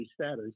status